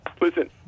Listen